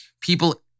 people